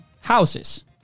houses